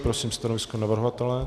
Prosím stanovisko navrhovatele.